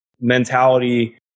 mentality